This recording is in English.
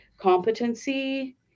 competency